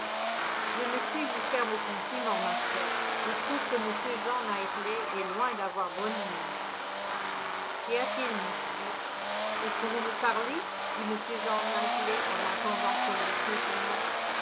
je ne puis vous faire mon compliment ma chère je trouve que m jean knightley est loin d'avoir bonne mine qu'y a-t-il monsieur est-ce que vous me parlez dit m jean knightley en entendant prononcer son nom